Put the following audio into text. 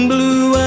Blue